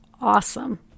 awesome